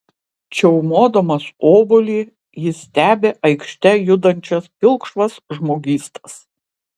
čiaumodamas obuolį jis stebi aikšte judančias pilkšvas žmogystas